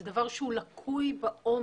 זה דבר שהוא לקוי בעומק.